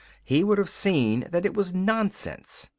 he would have seen that it was nonsense.